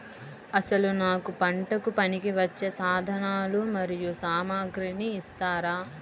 అసలు నాకు పంటకు పనికివచ్చే సాధనాలు మరియు సామగ్రిని ఇస్తారా?